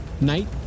night